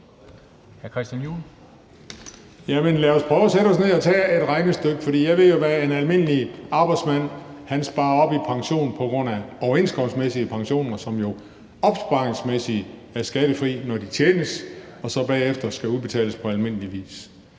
lad os prøve at sætte os ned og lave et regnestykke, for jeg ved jo, hvad en almindelig arbejdsmand sparer op i pension på grund af overenskomstmæssige pensioner, som opsparingsmæssigt er skattefri, når de tjenes, og så bagefter skal udbetales på almindelig vis.